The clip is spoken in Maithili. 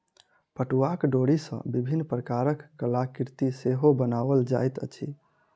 पटुआक डोरी सॅ विभिन्न प्रकारक कलाकृति सेहो बनाओल जाइत अछि